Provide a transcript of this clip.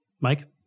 Mike